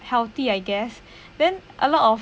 healthy I guess then a lot of